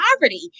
poverty